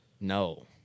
No